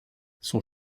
son